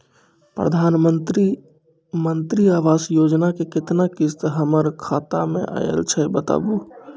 प्रधानमंत्री मंत्री आवास योजना के केतना किस्त हमर खाता मे आयल छै बताबू?